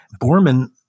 Borman